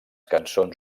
cançons